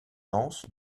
anse